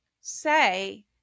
say